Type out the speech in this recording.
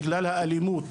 בגלל האלימות,